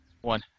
One